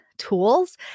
tools